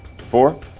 four